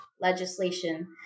legislation